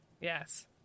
Yes